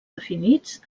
definits